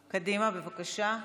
קדימה, בבקשה.